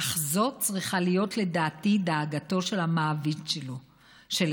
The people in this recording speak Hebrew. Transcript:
אך זאת צריכה להיות, לדעתי, דאגתו של המעביד שלהם.